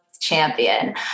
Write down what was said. Champion